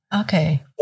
Okay